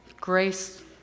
grace